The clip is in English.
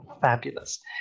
fabulous